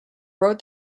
wrote